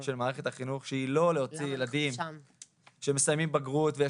של מערכת החינוך שהיא לא להוציא ילדים שמסיימים בגרות,